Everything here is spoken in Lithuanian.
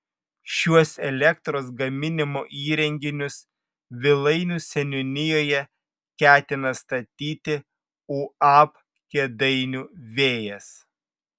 šiuos elektros gaminimo įrenginius vilainių seniūnijoje ketina statyti uab kėdainių vėjas